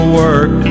work